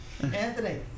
Anthony